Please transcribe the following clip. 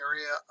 area